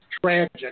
tragic